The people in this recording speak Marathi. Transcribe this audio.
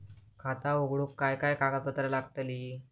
खाता उघडूक काय काय कागदपत्रा लागतली?